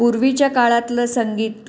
पूर्वीच्या काळातलं संगीत